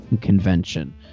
convention